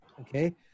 Okay